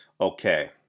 Okay